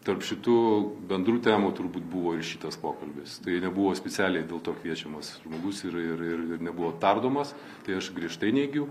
tarp šitų bendrų temų turbūt buvo ir šitas pokalbis tai nebuvo specialiai dėl to kviečiamas žmogus ir ir nebuvo tardomas tai aš griežtai neigiu